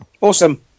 Awesome